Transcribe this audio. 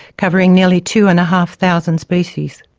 covering nearly two and a half thousand species.